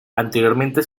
anteriormente